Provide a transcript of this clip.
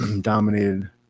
dominated